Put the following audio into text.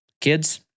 kids